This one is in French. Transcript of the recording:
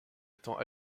étant